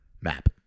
map